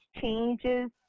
changes